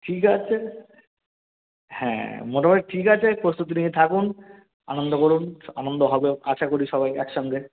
ঠিক আছে হ্যাঁ মোটামুটি ঠিক আছে প্রস্তুতি নিতে থাকুন আনন্দ করুন আনন্দ হবেও আশা করি সবাই একসঙ্গে